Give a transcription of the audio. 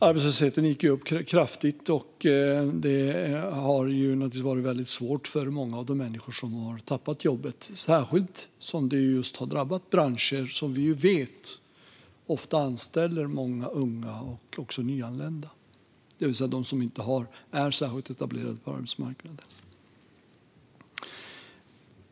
Arbetslösheten har gått upp kraftigt, och det har naturligtvis varit väldigt svårt för många av de människor som har tappat jobbet - särskilt som det har drabbat branscher som vi vet ofta anställer många unga och också nyanlända, det vill säga de som inte är särskilt etablerade på arbetsmarknaden.